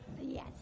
Yes